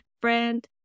friend